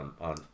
on